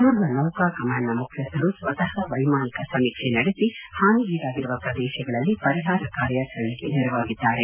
ಪೂರ್ವ ನೌಕಾ ಕಮಾಂಡ್ನ ಮುಖ್ಯಸ್ಥರು ಸ್ವತಃ ವ್ಲೆಮಾನಿಕ ಸಮೀಕ್ಷೆ ನಡೆಸಿ ಹಾನಿಗೀಡಾಗಿರುವ ಪ್ರದೇಶಗಳಲ್ಲಿ ಪರಿಹಾರ ಕಾರ್ಯಾಚರಣೆಗೆ ನೆರವಾಗಿದ್ದಾರೆ